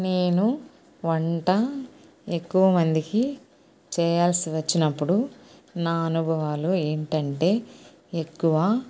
నేను వంట ఎక్కువ మందికి చేయాల్సి వచ్చినప్పుడు నా అనుభవాలు ఏంటంటే ఎక్కువ